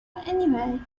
anyway